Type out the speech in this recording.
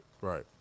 right